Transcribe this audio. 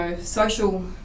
social